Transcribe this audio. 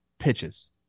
pitches